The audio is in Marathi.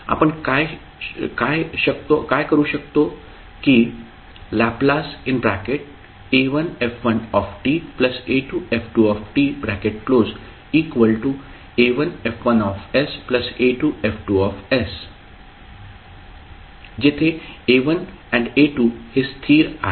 आपण काय शकतो की La1f1ta2f2ta1F1sa2F2s जेथे a1 आणि a2 हे स्थिर आहेत